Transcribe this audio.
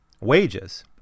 wages